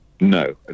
No